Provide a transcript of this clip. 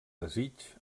desig